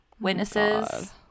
Witnesses